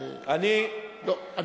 השר פרץ רק, עם השר פרידמן היית בממשלה אחת.